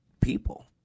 people